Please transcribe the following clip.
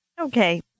Okay